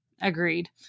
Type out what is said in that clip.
agreed